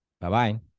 Bye-bye